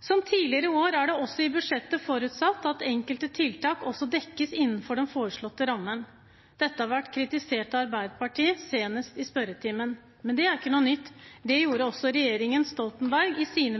Som tidligere år er det også i budsjettet forutsatt at enkelte tiltak også dekkes innenfor den foreslåtte rammen. Dette har vært kritisert av Arbeiderpartiet, senest i spørretimen. Men det er ikke noe nytt, det gjorde også regjeringen Stoltenberg i sine